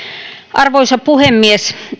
arvoisa puhemies